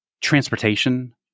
transportation